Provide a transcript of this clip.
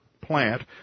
plant